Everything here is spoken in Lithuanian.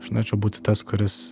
aš norėčiau būti tas kuris